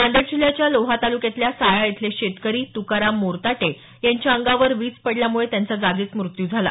नांदेड जिल्ह्याच्या लोहा ताल्क्यातल्या सायाळ इथले शेतकरी तुकाराम मोरताटे यांच्या अंगावर वीज पडल्यामुळे त्यांचा जागीच मृत्यू झाला